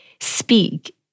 speak